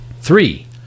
Three